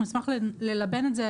אנחנו נשמח ללבן את זה,